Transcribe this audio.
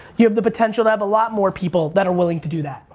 you have the potential to have a lot more people that are willing to do that.